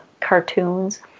cartoons